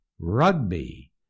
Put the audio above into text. rugby